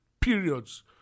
periods